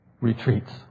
retreats